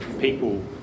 people